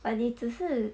but 你只是